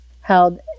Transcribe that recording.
held